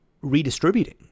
redistributing